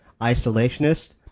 isolationist